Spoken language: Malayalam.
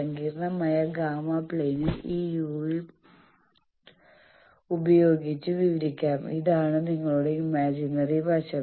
സങ്കീർണ്ണമായ ഗാമാ പ്ലെയിൻ ഈ uv ഉപയോഗിച്ച് വിവരിക്കാം ഇതാണ് നിങ്ങളുടെ ഇമാജിനറി വശം